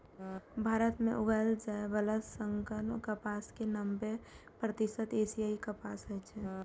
भारत मे उगाएल जाइ बला संकर कपास के नब्बे प्रतिशत एशियाई कपास होइ छै